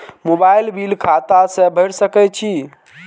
Mobile bill खाता से भेड़ सके छि?